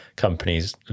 companies